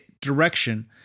direction